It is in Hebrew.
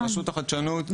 רשות החדשנות,